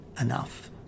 enough